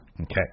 Okay